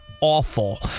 awful